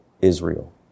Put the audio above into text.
Israel